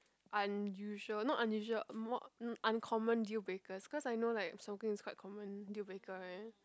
unusual not unusual more n~ uncommon deal breakers cause I know like smoking is quite common dealbreaker right